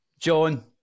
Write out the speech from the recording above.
John